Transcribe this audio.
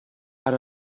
out